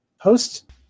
post